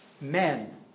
men